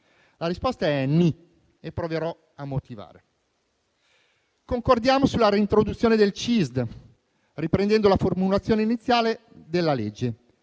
La risposta è "ni" e proverò a motivarla. Concordiamo sulla reintroduzione del CISD, riprendendo la formulazione iniziale della legge.